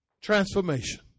Transformation